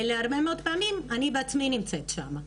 ולהרבה מאוד מקרים אני בעצמי נמצאת שם.